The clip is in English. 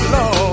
Lord